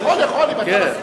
יכול, יכול, אם אתה מסכים.